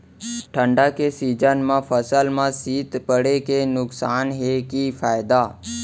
ठंडा के सीजन मा फसल मा शीत पड़े के नुकसान हे कि फायदा?